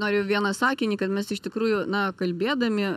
noriu vieną sakinį kad mes iš tikrųjų na kalbėdami